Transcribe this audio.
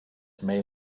may